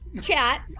chat